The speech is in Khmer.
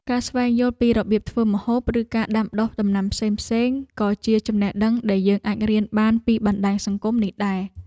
ការស្វែងយល់ពីរបៀបធ្វើម្ហូប ឬការដាំដុះដំណាំផ្សេងៗក៏ជាចំណេះដឹងដែលយើងអាចរៀនបានពីបណ្តាញសង្គមនេះដែរ។